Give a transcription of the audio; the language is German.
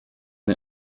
den